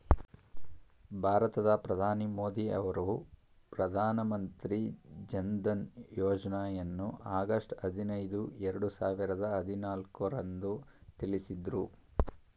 ಭಾರತದ ಪ್ರಧಾನಿ ಮೋದಿ ಅವರು ಪ್ರಧಾನ ಮಂತ್ರಿ ಜನ್ಧನ್ ಯೋಜ್ನಯನ್ನು ಆಗಸ್ಟ್ ಐದಿನೈದು ಎರಡು ಸಾವಿರದ ಹದಿನಾಲ್ಕು ರಂದು ತಿಳಿಸಿದ್ರು